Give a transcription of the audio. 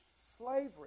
slavery